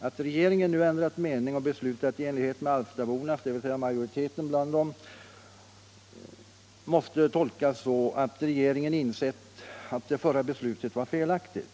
Att regeringen nu ändrat mening och beslutat i enlighet med uppfattningen hos alftaborna, dvs. majoriteten bland dem, måste tolkas så att regeringen insett att det förra beslutet var felaktigt.